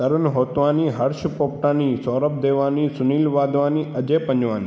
तरुन Hotwani Harsh Popatani Sourabh Dewani Sunil Wadhwani Ajay Panjwani